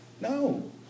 No